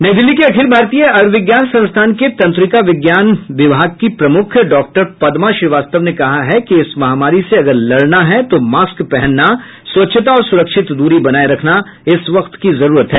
नई दिल्ली के अखिल भारतीय आयुर्विज्ञान संस्थान के तंत्रिका विज्ञान विभाग की प्रमुख डॉक्टर पदमा श्रीवास्तव ने कहा कि इस महामारी से अगर लड़ना है तो मास्क पहनना स्वच्छता और सुरक्षित दूरी बनाए रखना इस वक्त की जरूरत है